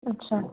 अच्छा